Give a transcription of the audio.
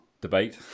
debate